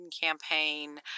campaign